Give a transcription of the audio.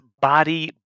body